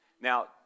Now